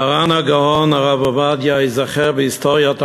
מרן הגאון הרב עובדיה ייזכר בהיסטוריה של